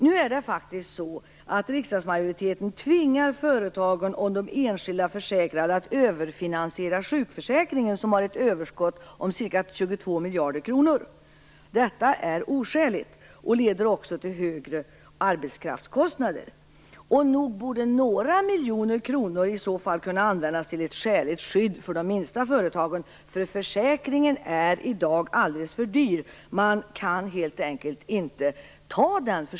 Nu är det ju faktiskt så att riksdagsmajoriteten tvingar företagen och de enskilda försäkrade att överfinansiera sjukförsäkringen, som har ett överskott på ca 22 miljarder kronor. Detta är oskäligt och leder till högre arbetskraftskostnader. Nog borde några miljoner i så fall kunna användas till ett skäligt skydd för de minsta företagen. Försäkringen är i dag alldeles för dyr. Man kan helt enkelt inte ta den.